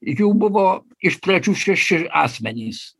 jų buvo iš pradžių šeši asmenys